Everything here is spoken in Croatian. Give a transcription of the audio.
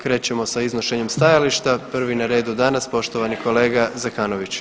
Krećemo sa iznošenjem stajališta, prvi na redu danas poštovani kolega Zekanović.